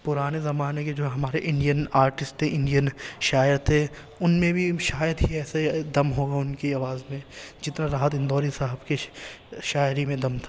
پرانے زمانے کے جو ہمارے انڈین آرٹسٹ تھے انڈین شاعر تھے ان میں بھی شاید ہی ایسے دم ہو ان کی آواز میں جتنا راحت اندوری صاحب کے شاعری میں دم تھا